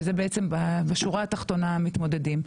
שזה בעצם בשורה התחתונה המתמודדים.